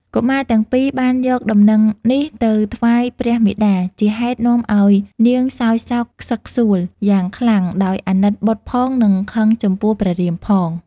កុមារទាំងពីរ បានយកដំណឹងនេះទៅថ្វាយព្រះមាតា ជាហេតុនាំឱ្យនាងសោយសោកខ្សឹកខ្សួលយ៉ាងខ្លាំង ដោយអាណិតបុត្រផងនិងខឹងចំពោះព្រះរាមផង ។